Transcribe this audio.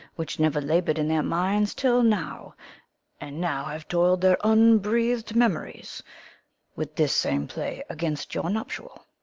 which never labour'd in their minds till now and now have toil'd their unbreathed memories with this same play against your nuptial.